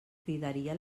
cridaria